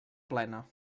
plena